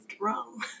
wrong